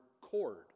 cord